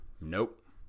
Nope